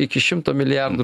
iki šimto milijardų